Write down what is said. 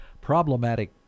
problematic